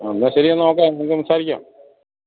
ആ എന്നാൽ ശരിയാ നോക്കാം നിങ്ങൾക്ക് സംസാരിക്കാം